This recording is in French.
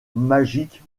magic